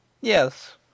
Yes